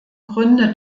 gründe